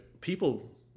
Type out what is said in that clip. people